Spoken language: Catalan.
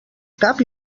cap